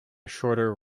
shorter